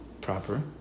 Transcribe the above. proper